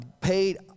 paid